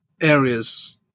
areas